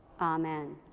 Amen